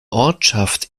ortschaft